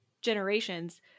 generations